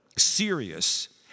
serious